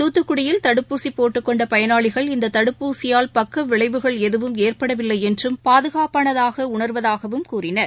தூத்துக்குடியில் தடுப்பூசிபோட்டுக்கொண்டபயனாளிகள் இந்ததடுப்பூசியால் பக்கவிளைவுகள் எதுவும் ஏற்படவில்லைஎன்றும் பாதுகாப்பானதாகஉணர்வதாகவும் கூறினர்